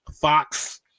Fox